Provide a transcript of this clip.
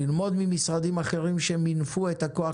ללמוד ממשרדים אחרים שמינפו את הכוח